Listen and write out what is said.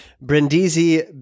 Brindisi